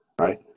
right